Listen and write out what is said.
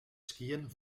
skiën